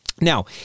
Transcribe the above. Now